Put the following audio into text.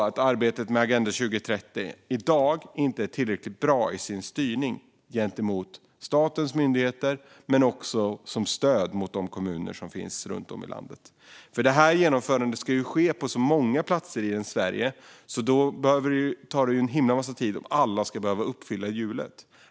Arbetet med Agenda 2030 är i dag inte tillräckligt bra i sin styrning gentemot statens myndigheter och när det handlar om stödet till kommuner runt om i landet. Genomförandet ska ju ske på många platser i Sverige, och då tar det en väldig tid om alla ska behöva uppfinna hjulet.